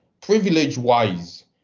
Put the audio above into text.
privilege-wise